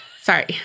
sorry